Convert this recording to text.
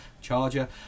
Charger